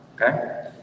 okay